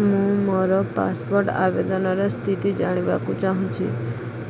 ମୁଁ ମୋର ପାସପୋର୍ଟ୍ ଆବେଦନର ସ୍ଥିତି ଜାଣିବାକୁ ଚାହୁଁଛି